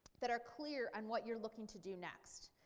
that are clear on what you're looking to do next.